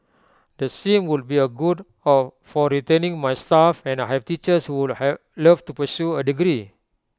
the sin would be A good of for retaining my staff and I have teachers who have love to pursue A degree